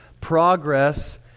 progress